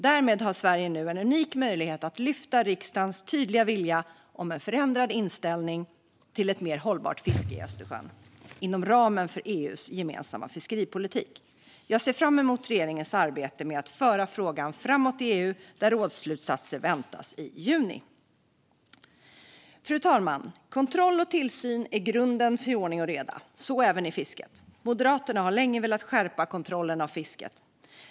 Härmed har Sverige en unik möjlighet att lyfta fram riksdagens tydliga vilja om en förändrad inställning för ett mer hållbart fiske i Östersjön inom ramen för EU:s gemensamma fiskeripolitik. Jag ser fram emot regeringens arbete med att föra frågan framåt i EU, där rådsslutsatser väntas i juni. Fru talman! Kontroll och tillsyn är grunden för ordning och reda, så även i fisket. Moderaterna har länge velat skärpa kontrollen av fisket.